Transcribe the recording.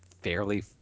fairly